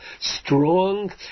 strong